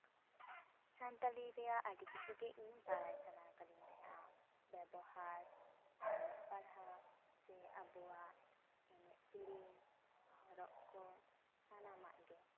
ᱥᱟᱱᱛᱟᱲᱤ ᱨᱮᱭᱟᱜ ᱟᱹᱰᱤ ᱠᱤᱪᱷᱩᱜᱮ ᱤᱧ ᱵᱟᱲᱟᱭ ᱥᱟᱱᱟ ᱠᱟᱫᱤᱧ ᱛᱟᱦᱮᱸᱜᱼᱟ ᱵᱮᱵᱚᱦᱟᱨ ᱚᱞᱚᱜ ᱯᱟᱲᱦᱟᱣ ᱥᱮ ᱟᱵᱚᱣᱟᱜ ᱮᱱᱮᱡ ᱥᱮᱨᱮᱧ ᱦᱚᱨᱚᱜ ᱠᱚ ᱥᱟᱱᱟᱢᱟᱜᱼᱜᱮ